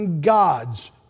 God's